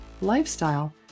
lifestyle